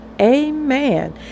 Amen